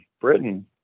Britain